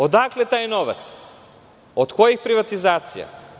Odakle taj novac, od kojih privatizacija?